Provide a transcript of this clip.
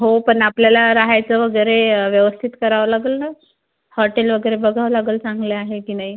हो पण आपल्याला राहायचं वगैरे व्यवस्थित करावं लागेल ना हॉटेल वगैरे बघावं लागेल चांगले आहे की नाही